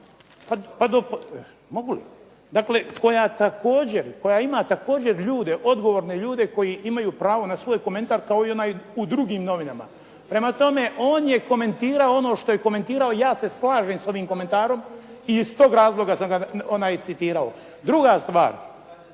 mogu li, dakle koja ima također ljude, odgovorne ljude koji imaju pravo na svoj komentar kao i onaj u drugim novinama. Prema tome, on je komentirao ono što je komentirao. Ja se slažem s ovim komentarom i iz tog razloga sam ga citirao. Druga stvar,